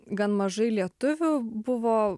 gan mažai lietuvių buvo